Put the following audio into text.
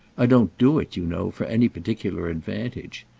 i don't do it, you know, for any particular advantage.